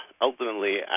ultimately